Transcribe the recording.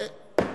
זה לא מה שאמרתי.